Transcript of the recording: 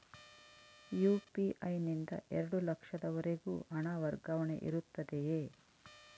UPI ನಿಂದ ಎರಡು ಲಕ್ಷದವರೆಗೂ ಹಣ ವರ್ಗಾವಣೆ ಇರುತ್ತದೆಯೇ?